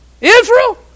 Israel